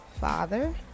father